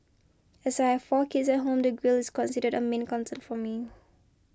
as I four kids at home the grille is considered a main concern for me